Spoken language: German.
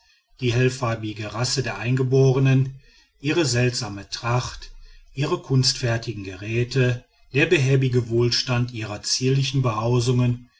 die hellfarbige rasse der eingeborenen ihre seltsame tracht ihre kunstfertigen geräte der behäbige wohlstand ihrer zierlichen behausungen